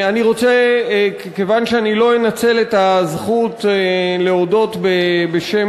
כיוון שאני לא אנצל את הזכות להודות בשם